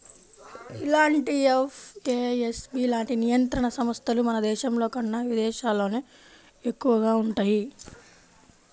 ఇలాంటి ఎఫ్ఏఎస్బి లాంటి నియంత్రణ సంస్థలు మన దేశంలోకన్నా విదేశాల్లోనే ఎక్కువగా వుంటయ్యి